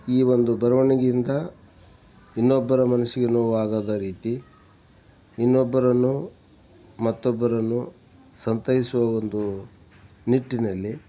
ಈ ಒಂದು ಬರವಣಿಗಿಂದ ಇನ್ನೊಬ್ಬರ ಮನಸ್ಸಿಗೆ ನೋವಾಗದ ರೀತಿ ಇನ್ನೊಬ್ಬರನ್ನು ಮತ್ತೊಬ್ಬರನ್ನು ಸಂತೈಸುವ ಒಂದು ನಿಟ್ಟಿನಲ್ಲಿ